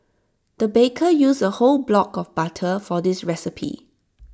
the baker used A whole block of butter for this recipe